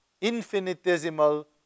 infinitesimal